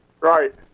Right